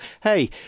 hey